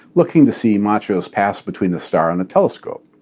looking to see machos pass between the star and the telescope.